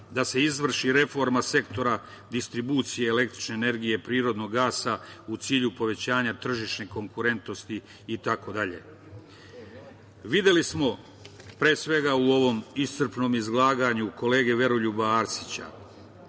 da se izvrši reforma sektora distribucije električne energije prirodnog gasa u cilju povećanja tržišne konkurentnosti itd. Videli smo, pre svega, u ovom iscrpnom izlaganju kolege Veroljuba Arsića,